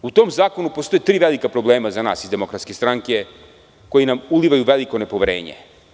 U tom zakonu postoje tri velika problema za nas iz DS koji nam ulivaju veliko nepoverenje.